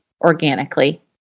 organically